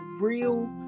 real